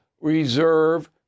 reserve